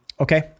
okay